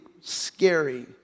scary